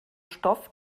stoff